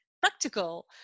practical